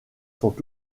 sont